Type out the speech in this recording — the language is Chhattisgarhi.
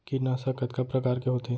कीटनाशक कतका प्रकार के होथे?